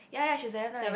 ya ya she's very nice